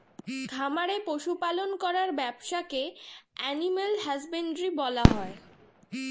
খামারে পশু পালন করার ব্যবসাকে অ্যানিমাল হাজবেন্ড্রী বলা হয়